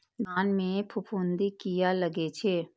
धान में फूफुंदी किया लगे छे?